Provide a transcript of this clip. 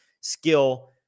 skill